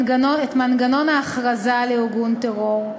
קביעת מנגנון ההכרזה על ארגון טרור,